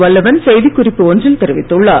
வல்லவன் செய்தி குறிப்பு ஒன்றில் தெரிவித்துள்ளார்